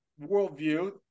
worldview